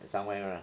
at somewhere lah